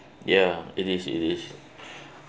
ya it is it is